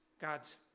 God's